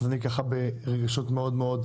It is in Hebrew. אני ברגשות מאוד מעורבים.